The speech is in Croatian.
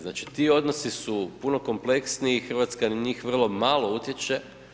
Znači ti odnosi su puno kompleksniji i Hrvatska na njih vrlo malo utječe.